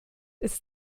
ist